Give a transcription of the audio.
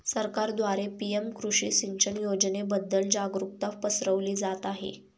सरकारद्वारे पी.एम कृषी सिंचन योजनेबद्दल जागरुकता पसरवली जात आहे